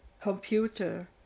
computer